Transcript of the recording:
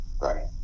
right